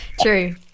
True